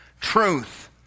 Truth